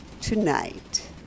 tonight